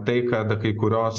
tai kad kai kurios